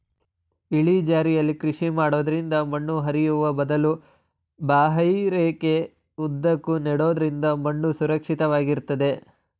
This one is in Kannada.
ಇಳಿಜಾರಲ್ಲಿ ಕೃಷಿ ಮಾಡೋದ್ರಿಂದ ಮಣ್ಣು ಹರಿಯುವ ಬದಲು ಬಾಹ್ಯರೇಖೆ ಉದ್ದಕ್ಕೂ ನೆಡೋದ್ರಿಂದ ಮಣ್ಣು ಸುರಕ್ಷಿತ ವಾಗಿರ್ತದೆ